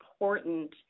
important